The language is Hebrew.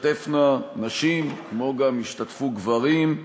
תשתתפנה נשים, וגם ישתתפו גברים,